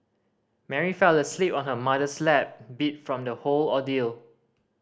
Mary fell asleep on her mother's lap beat from the whole ordeal